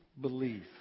belief